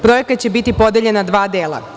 Projekat će biti podeljen na dva dela.